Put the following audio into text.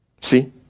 see